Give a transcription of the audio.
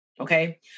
Okay